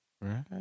Right